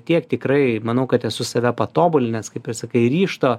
tiek tikrai manau kad esu save patobulinęs kaip ir sakai ryžto